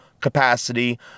capacity